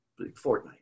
Fortnite